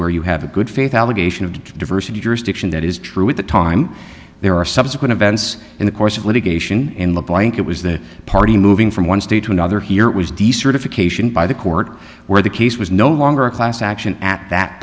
where you have a good faith allegation of diversity jurisdiction that is true at the time there are subsequent events in the course of litigation in the blanket was that party moving from one state to another here was d c certification by the court where the case was no longer a class action at that